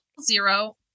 zero